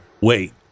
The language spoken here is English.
Wait